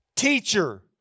Teacher